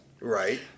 right